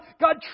God